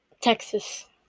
Texas